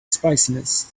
spiciness